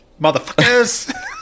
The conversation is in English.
motherfuckers